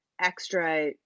extra